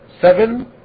seven